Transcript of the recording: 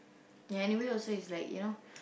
ya anyway also it's like you know